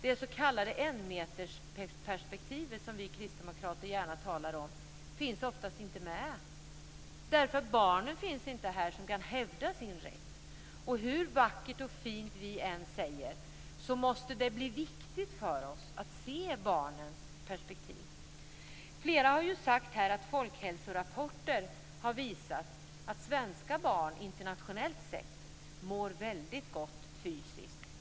Det s.k. enmetersperspektivet som vi kristdemokrater gärna talar om finns oftast inte med. Barnen finns inte här att hävda sin rätt. Hur vackert och fint vi än talar, måste det bli viktigt för oss att se barnens perspektiv. Flera har sagt att folkhälsorapporter har visat att svenska barn internationellt sett mår gott fysiskt.